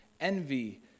envy